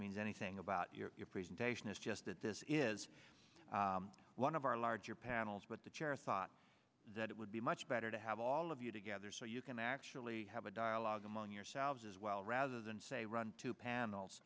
means anything about your presentation is just that this is one of our larger panels but the chair thought that it would be much better to have all of you together so you can actually have a dialogue among yourselves as well rather than say run two panels